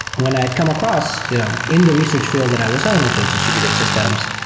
when i come across you know in the research fi eld that i was on, which is distributed systems,